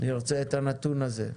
נרצה את הנתון הזה.